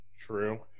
True